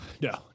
no